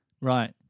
right